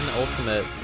ultimate